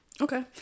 Okay